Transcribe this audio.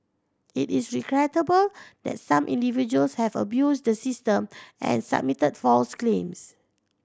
it is regrettable that some individuals have abused the system and submitted false claims